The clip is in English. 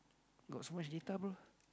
got so much data bro